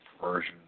version